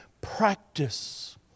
practice